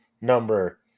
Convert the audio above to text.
number